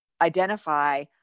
identify